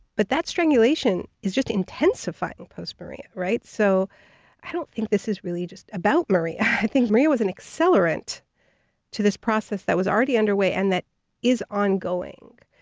but that strangulation is just intensified and post-maria. so i don't think this is really just about maria. i think maria was an accelerant to this process that was already underway and that is ongoing.